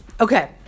Okay